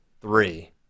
three